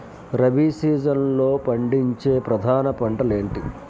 రబీ సీజన్లో పండించే ప్రధాన పంటలు ఏమిటీ?